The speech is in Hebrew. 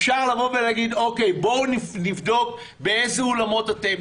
אפשר להגיד: בואו נבדוק באילו אולמות אתם,